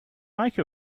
make